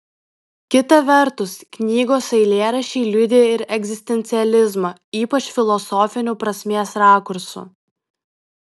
kita vertus knygos eilėraščiai liudija ir egzistencializmą ypač filosofiniu prasmės rakursu